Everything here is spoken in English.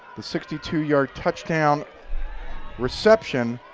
the sixty two yard touchdown reception,